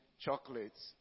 chocolates